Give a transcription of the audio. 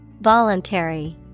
Voluntary